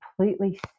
completely